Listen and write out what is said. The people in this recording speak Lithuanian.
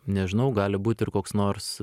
nežinau gali būt ir koks nors